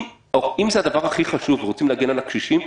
אם זה הדבר הכי חשוב ורוצים להגן על הקשישים,